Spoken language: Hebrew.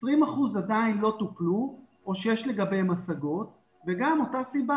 20% עדיין לא טופלו או שיש לגביהן השגות וגם מאותה סיבה,